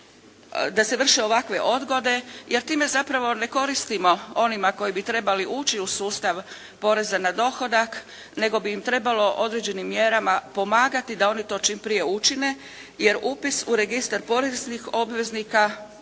da se vrše ovakve odgode, jer time zapravo ne koristimo onima koji bi trebali ući u sustav poreza na dohodak, nego bi im trebalo određenim mjerama pomagati da oni to čim prije učine jer upis u Registar poreznih obveznika